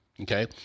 Okay